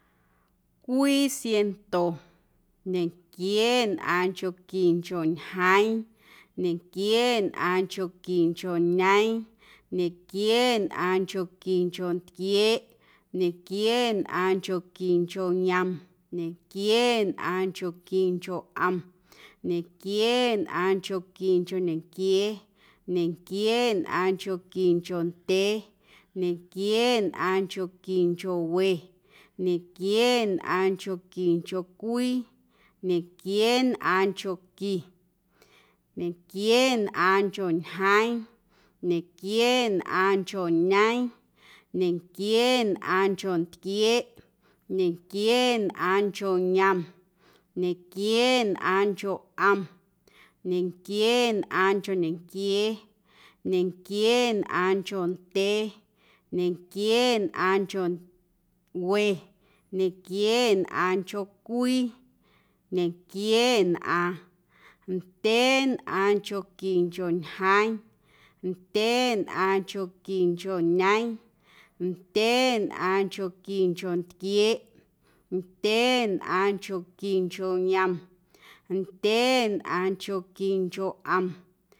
Cwii siaⁿnto, ñequieenꞌaaⁿnchonquincho ñjeeⁿ, ñequieenꞌaaⁿnchonquincho ñeeⁿ, ñequieenꞌaaⁿnchonquincho ntquieeꞌ, ñequieenꞌaaⁿnchonquincho yom, ñequieenꞌaaⁿnchonquincho ꞌom, ñequieenꞌaaⁿnchonquincho ñenquiee, ñequieenꞌaaⁿnchonquincho ndyee, ñequieenꞌaaⁿnchonquincho we, ñequieenꞌaaⁿnchonquincho cwii, ñequieenꞌaaⁿnchonqui, ñequieenꞌaaⁿncho ñjeeⁿ, ñequieenꞌaaⁿncho ñeeⁿ, ñequieenꞌaaⁿncho ntquieeꞌ, ñequieenꞌaaⁿncho yom, ñequieenꞌaaⁿncho ꞌom, ñequieenꞌaaⁿncho ñenquiee, ñequieenꞌaaⁿncho ndyee, ñequieenꞌaaⁿncho we, ñequieenꞌaaⁿncho cwii, ñequieenꞌaaⁿ, ndyeenꞌaaⁿnchonquincho ñjeeⁿ, ndyeenꞌaaⁿnchonquincho ñeeⁿ, ndyeenꞌaaⁿnchonquincho ntquieeꞌ, ndyeenꞌaaⁿnchonquincho yom, ndyeenꞌaaⁿnchonquincho ꞌom.